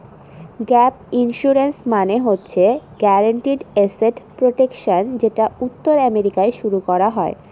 gap insurance মানে হচ্ছে guaranteed asset protection যেটা উত্তর আমেরিকায় শুরু করা হয়